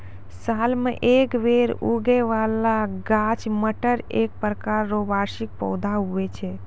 साल मे एक बेर उगै बाला गाछ मटर एक प्रकार रो वार्षिक पौधा हुवै छै